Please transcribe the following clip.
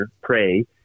pray